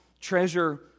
treasure